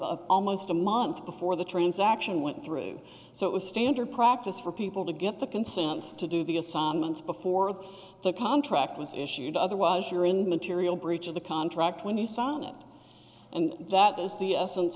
them almost a month before the transaction went through so it was standard practice for people to get the consents to do the assignment before the contract was issued otherwise you're in material breach of the contract when you sign it and that is the essence